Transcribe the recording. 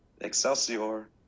Excelsior